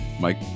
Mike